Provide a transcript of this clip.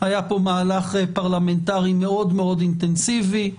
היה מהלך פרלמנטארי מאוד אינטנסיבי,